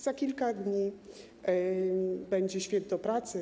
Za kilka dni będzie Święto Pracy.